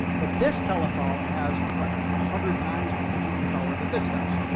but this telephone has what? a hundred times the computing power that this does,